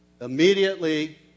immediately